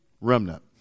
remnant